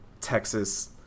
Texas